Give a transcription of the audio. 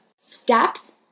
steps